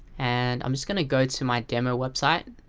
and i'm just gonna go to my demo website